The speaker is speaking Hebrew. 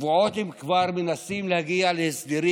כבר שבועות הם מנסים להגיע להסדרים